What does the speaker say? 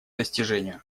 достижению